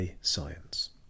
science